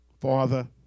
Father